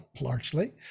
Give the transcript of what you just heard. largely